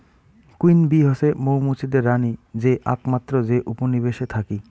queen bee হসে মৌ মুচিদের রানী যে আকমাত্র যে উপনিবেশে থাকি